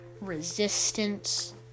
resistance